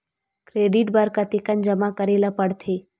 Credit बर कतेकन जमा करे ल पड़थे?